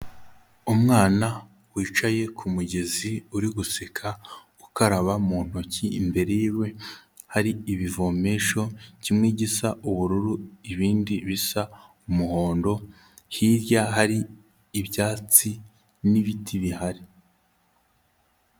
Umwana wicaye ku mugezi uri guseka ukaraba mu ntoki, imbere yiwe hari ibivomesho kimwe gisa ubururu, ibindi bisa umuhondo, hirya hari ibyatsi n'ibiti bihari.